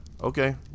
okay